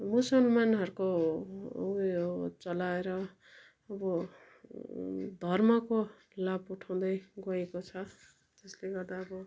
मुसलमानहरूको उयो चलाएर अब धर्मको लाभ उठाउँदै गएको छ जसले गर्दा अब